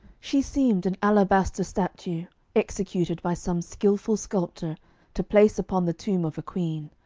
she seemed an alabaster statue executed by some skilful sculptor to place upon the tomb of a queen,